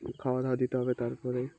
খাওয়া দাওয়া দিতে হবে তারপরে